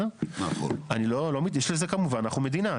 אנחנו מדינה,